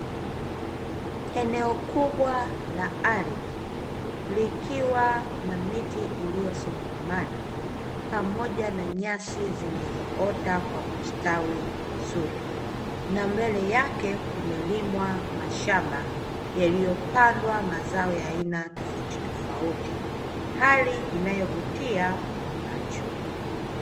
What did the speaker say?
Eneo kubwa la ardhi likiwa na miti iliyosongamana pamoja na nyasi, zilizoota kwa kustawi vizuri na mbele yake kumelimwa mashamba yaliyopandwa mazao ya aina tofauti tofauti hali inayovutia kwa macho.